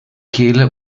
kehle